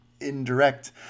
indirect